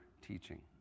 teaching